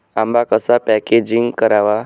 आंबा कसा पॅकेजिंग करावा?